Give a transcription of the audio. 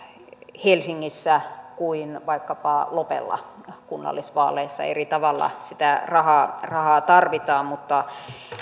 helsingissä kuin vaikkapa lopella kunnallisvaaleissa eri tavalla sitä rahaa rahaa tarvitaan mutta